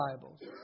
Bibles